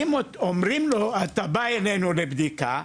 אומרים לו: אתה בא אלינו לבדיקה,